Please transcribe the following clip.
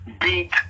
beat